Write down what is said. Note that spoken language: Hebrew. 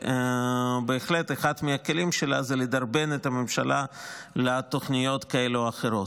ובהחלט אחד מהכלים שלה זה לדרבן את הממשלה לתוכניות כאלה ואחרות.